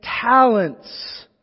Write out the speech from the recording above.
talents